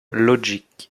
logic